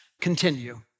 continue